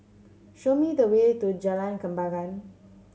show me the way to Jalan Kembangan